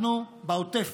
אנחנו בעוטף